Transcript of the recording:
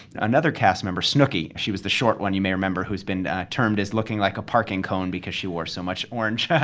another cast member, snooki, she was the short one you may remember who's been termed as looking like a parking cone because she wore so much orange.